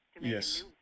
yes